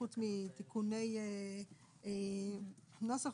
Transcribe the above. חוץ מתיקוני נוסח,